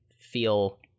feel